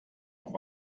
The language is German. auf